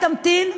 תמתין.